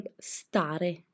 stare